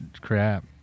crap